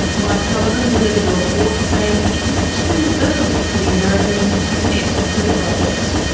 mike sullivan delivered a report saying it was too early for the americans to commit to the project.